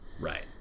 Right